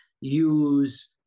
use